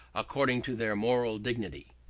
according to their moral dignity.